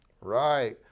Right